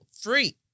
free